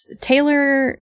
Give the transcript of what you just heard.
Taylor